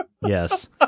Yes